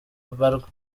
mbarwa